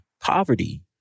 poverty